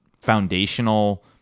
foundational